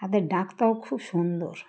তাদের ডাকটাও খুব সুন্দর